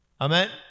Amen